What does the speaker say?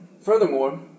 Furthermore